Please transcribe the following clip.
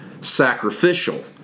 sacrificial